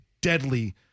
deadly